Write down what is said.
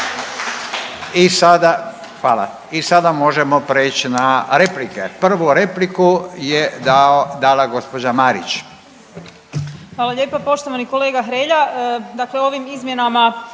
I sada možemo preć na replike. Prvu repliku je dala gospođa Marić.